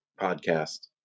podcast